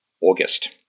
August